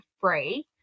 free